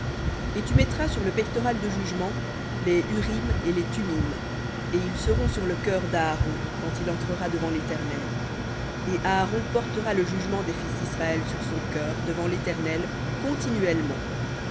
et tu mettras sur le pectoral de jugement les urim et les thummim et ils seront sur le cœur d'aaron quand il entrera devant l'éternel et aaron portera le jugement des fils d'israël sur son cœur devant l'éternel continuellement